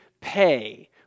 pay